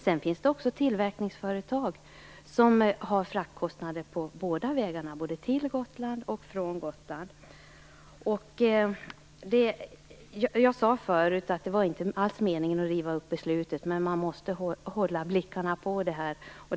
Sedan finns det också tillverkningsföretag som har fraktkostnader båda vägarna, både till Gotland och från Gotland. Jag sade förut att det inte alls var min mening att riva upp beslutet, men man måste hålla blickarna på det här.